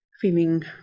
feeling